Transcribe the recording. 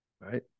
Right